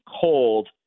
cold